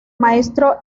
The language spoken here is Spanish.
maestro